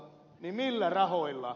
millä rahoilla